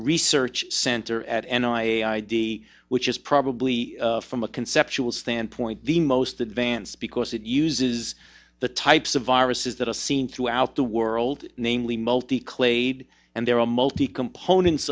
research center at an i d which is probably from a conceptual standpoint the most advanced because it uses the types of viruses that are seen throughout the world namely multi clade and there are a multi components